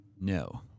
No